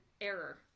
error